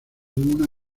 una